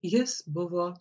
jis buvo